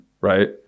right